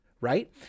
Right